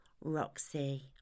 Roxy